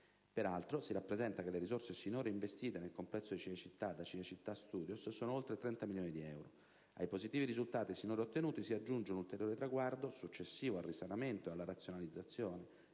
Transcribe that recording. Peraltro, si rappresenta che le risorse sinora investite nel complesso di Cinecittà da Cinecittà Studios sono oltre 30 milioni di euro. Ai positivi risultati sinora ottenuti si aggiunge un ulteriore traguardo, successivo al risanamento ed alla razionalizzazione